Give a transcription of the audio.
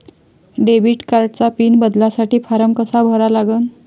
Debit कार्डचा pin बदलासाठी form कसा भरा लागन?